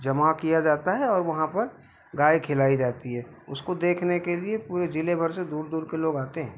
जमा किया जाता है और वहाँ पर गाय खिलाई जाती है उस को देखने के लिए पूरे ज़िले भर से दूर दूर के लोग आते हैं